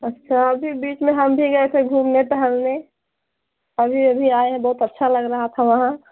अच्छा अभी बीच में हम भी गए थे घूमने टहेलने अभी अभी आए हैं बहुत अच्छा लग रहा था वहाँ